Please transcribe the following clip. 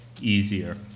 easier